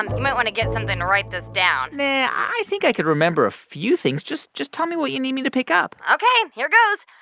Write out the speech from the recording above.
um you might want to get something to write this down yeah i think i can remember a few things. just just tell me what you need me to pick up ok. here goes.